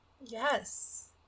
yes